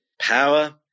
power